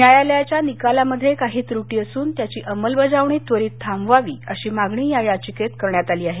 न्यायालयाच्या निकालामध्ये काही त्रुटी असून त्याची अंमलबजावणी त्वरित थांबवावी अशी मागणी या याचिकेत करण्यात आली आहे